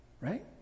Right